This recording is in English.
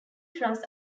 truss